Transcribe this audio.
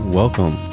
welcome